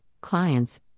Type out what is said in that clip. clients